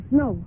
no